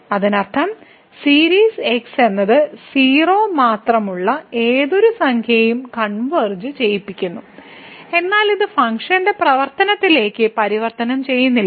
അതിനർത്ഥം series x എന്നത് 0 മാത്രമുള്ള ഏതൊരു സംഖ്യയെയും കൺവെർജ് ചെയ്യിപ്പിക്കുന്നു എന്നാൽ ഇത് ഫംഗ്ഷന്റെ പ്രവർത്തനത്തിലേക്ക് പരിവർത്തനം ചെയ്യുന്നില്ല